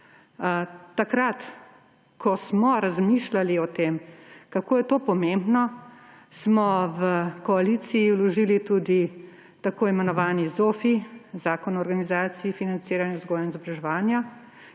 takrat, ko smo razmišljali o tem, kako je to pomembno, smo v koaliciji vložili tudi tako imenovani ZOFVI, Zakon o organizaciji in financiranju vzgoje in izobraževanja,